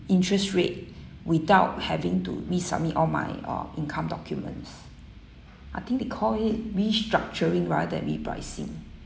interest rate without having to me submit all my uh income documents I think they call it restructuring rather than repricing